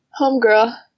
homegirl